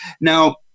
Now